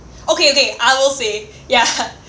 okay okay okay I will say ya